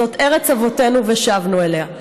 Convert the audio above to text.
זאת ארץ אבותינו, ושבנו אליה.